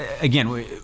again